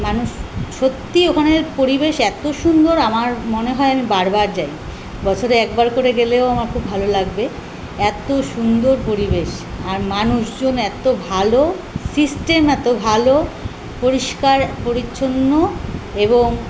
মানুষ সত্যি ওখানের পরিবেশ এত্ত সুন্দর আমার মনে হয় আমি বারবার যাই বছরে একবার করে গেলেও আমার খুব ভালো লাগবে এত্ত সুন্দর পরিবেশ আর মানুষজন এত্ত ভালো সিস্টেম এত্ত ভালো পরিষ্কার পরিচ্ছন্ন এবং